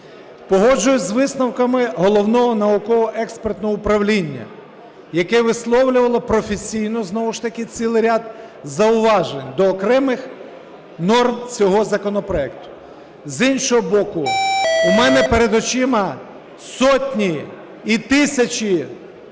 Погоджуюсь з висновками Головного науково-експертного управління, яке висловлювало професійно знову ж таки цілий ряд зауважень до окремих норм цього законопроекту. З іншого боку, у мене перед очима сотні і тисячі